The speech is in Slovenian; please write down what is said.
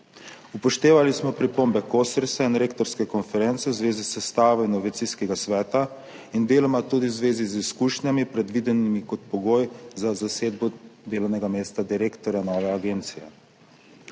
Upoštevali smo pripombe KOsRIS in Rektorske konference Republike Slovenije v zvezi s sestavo inovacijskega sveta in deloma tudi v zvezi z izkušnjami, predvidenimi kot pogoj za zasedbo delovnega mesta direktorja nove agencije.